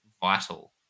vital